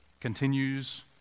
continues